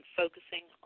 focusing